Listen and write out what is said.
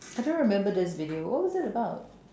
I don't remember this video what was it about